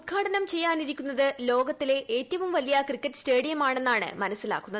ഉദ്ഘാടനം ചെയ്യാനിരിക്കുന്നത് ലോകത്തെ ഏറ്റവും വലിയ ക്രിക്കറ്റ് സ്റ്റേഡിയമാണെന്നാണ് മനസ്സിലാക്കുന്നത്